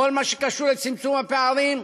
בכל מה שקשור לצמצום הפערים,